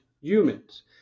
humans